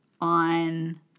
on